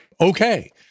Okay